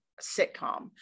sitcom